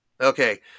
Okay